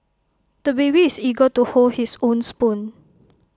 the baby is eager to hold his own spoon